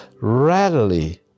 readily